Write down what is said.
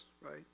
right